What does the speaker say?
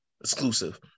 exclusive